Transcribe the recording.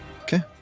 Okay